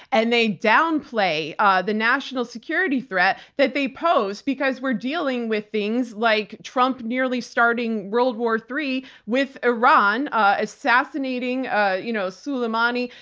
and they downplay ah the national security threat that they pose because we're dealing with things like trump nearly starting world war iii with iran assassinating ah you know soleimani,